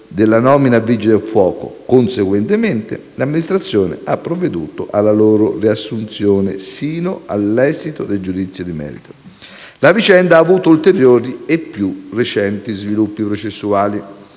La vicenda ha avuto ulteriori e più recenti sviluppi processuali.